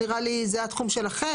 זה נראה לי התחום שלכם.